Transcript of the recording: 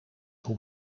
hoe